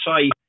say